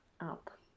up